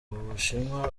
bushinwa